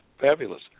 Fabulous